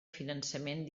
finançament